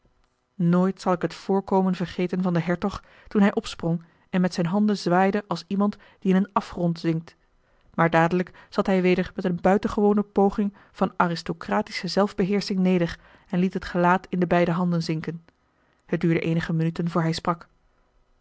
nooit zal ik het voorkomen vergeten van den hertog toen hij opsprong en met zijn handen zwaaide als iemand die in een afgrond zinkt maar dadelijk zat hij weder met een buitengewone poging van aristocratische zelfbeheersching neder en liet het gelaat in de beide handen zinken het duurde eenige minuten voor hij sprak